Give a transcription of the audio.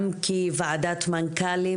גם כוועדת מנכ"לים,